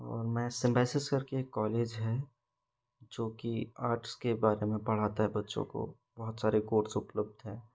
और मैं सिमबेसिस करके एक कॉलेज है जोकि आर्ट्स के बारे में पढ़ाता है बच्चों को बहुत सारे कोर्स उपलब्ध हैं